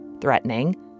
threatening